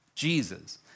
Jesus